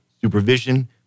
supervision